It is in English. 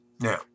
now